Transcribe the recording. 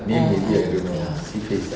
oh oh ya